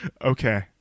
Okay